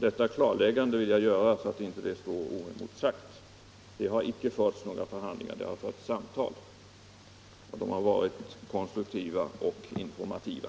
Det klarläggandet vill jag göra, så att inte herr Petterssons påstående står oemotsagt. Det har inte förts några förhandlingar — det har förts samtal, och de har varit konstruktiva och informativa.